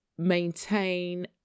Maintain